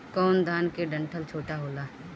कौन धान के डंठल छोटा होला?